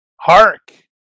Hark